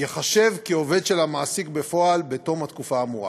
ייחשב לעובד של המעסיק בפועל בתום התקופה האמורה.